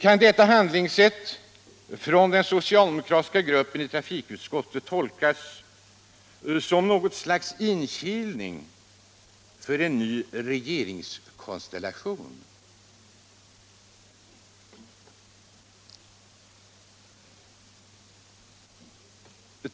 — Kan detta handlingssätt från den socialdemokratiska gruppen i trafikutskottet tolkas som något slags inkilning för en ny regeringskonstellation?